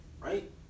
Right